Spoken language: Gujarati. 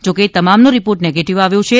જોકે તમામનો રિપોર્ટ નેગેટિવ આવ્યો છે